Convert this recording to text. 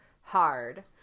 hard